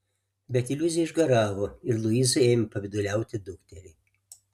bet iliuzija išgaravo ir luiza ėmė pavyduliauti dukteriai